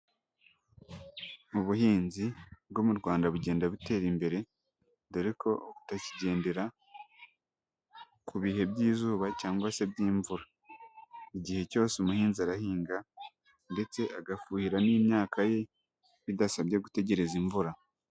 Mu buhinzi bwo mu Rwanda bugenda butera imbere, dore ko utakigendera ku bihe by'izuba cyangwa se by'imvura. Igihe cyose umuhinzi arahinga ndetse agafuhira n'imyaka ye, bidasabye gutegereza imvura.